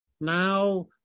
Now